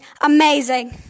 amazing